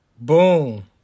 boom